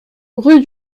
rue